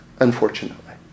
unfortunately